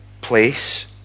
place